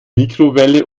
mikrowelle